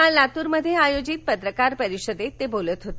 काल लातूर मध्ये आयोजित पत्रकार परिषदेत ते बोलत होते